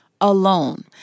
alone